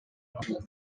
абдан